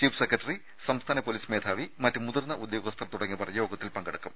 chief secretary സംസ്ഥാന police മേധാവി മറ്റ് മുതിർന്ന ഉദ്യോഗസ്ഥർ തുടങ്ങിയവർ യോഗത്തിൽ പങ്കെടുക്കും